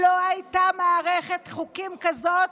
לא הייתה מערכת חוקים כזאת,